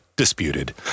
Disputed